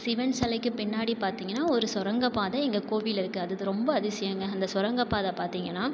சிவன் சிலைக்கி பின்னாடி பார்த்தீங்கன்னா ஒரு சுரங்க பாதை இங்கே கோவிலில் இருக்கு அது ரொம்ப அதிசயங்க அந்த சுரங்க பாதை பார்த்தீங்கன்னா